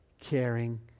caring